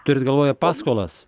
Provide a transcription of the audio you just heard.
turit galvoje paskolas